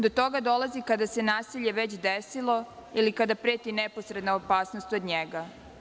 Do toga dolazi kada se nasilje već desilo ili kada preti neposredna opasnost od njega.